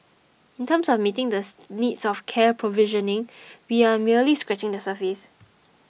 in terms of meeting this needs of care provisioning we are merely scratching the surface